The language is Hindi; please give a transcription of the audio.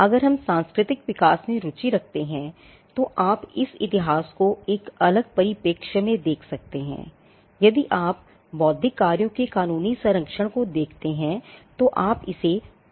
अगर हम सांस्कृतिक विकास में रुचि रखते हैं तो आप इस इतिहास को एक अलग परिप्रेक्ष्य में देख सकते हैं यदि आप बौद्धिक कार्यों के कानूनी संरक्षण को देखते हैं तो आप इसे उस पहलू से देख सकते हैं